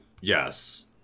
yes